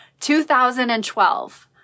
2012